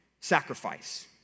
sacrifice